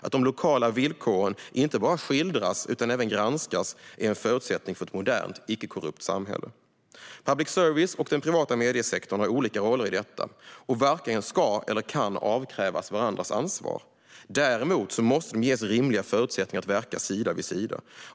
Att de lokala villkoren inte bara skildras utan även granskas är en förutsättning för ett modernt icke-korrupt samhälle. Public service och den privata mediesektorn har olika roller i detta och varken ska eller kan avkrävas varandras ansvar. Däremot måste de ges rimliga förutsättningar att verka sida vid sida.